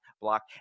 block